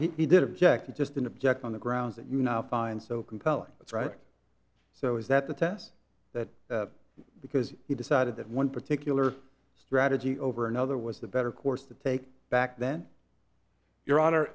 well he did object and just an object on the grounds that you now find so compelling that's right so is that the test that because he decided that one particular strategy over another was the better course to take back then your hon